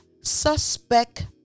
suspect